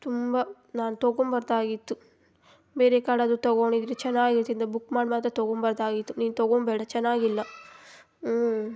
ತುಂಬ ನಾನು ತಗೊಬಾರ್ದಾಗಿತ್ತು ಬೇರೆ ಕಡಾದರೂ ತಗೊಂಡಿದ್ರೆ ಚೆನ್ನಾಗಿರ್ತಿತ್ತು ಬುಕ್ ಮಾಡಿ ಮಾತ್ರ ತಗೊಬಾರ್ದಾಗಿತ್ತು ನೀನು ತಗೊಬೇಡ ಚೆನ್ನಾಗಿಲ್ಲ